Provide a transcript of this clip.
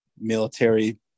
military